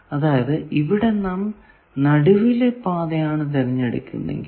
അതായതു ഇവിടെ നാം നടുവിലെ പാതയാണ് തെരഞ്ഞെടുക്കുന്നതെങ്കിൽ